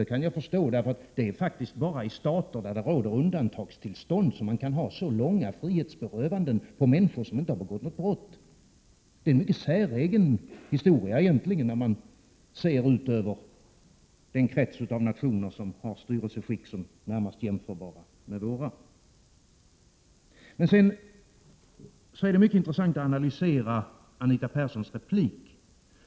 Jag kan förstå det, därför att det är bara i stater där det råder undantagstillstånd som man kan ha så långa frihetsberövanden för människor som inte har begått något brott. Det är egentligen en mycket säregen historia, när man ser ut över den krets av nationer som har styrelseskick som är närmast jämförbara med vårt. Det är mycket intressant att analysera Anita Perssons replik.